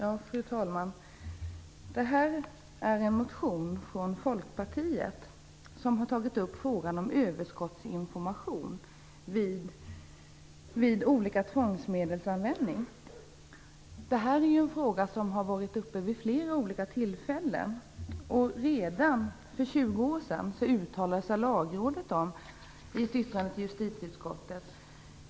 Fru talman! I det här ärendet behandlas en motion från Folkpartiet, som har tagit upp frågan om överskottsinformation vid användning av olika tvångsmedel. Det är en fråga som har varit uppe vid flera tillfällen. Redan för 20 år sedan uttalade sig Lagrådet om detta i ett yttrande till justitieutskottet.